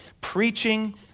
preaching